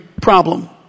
problem